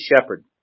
shepherd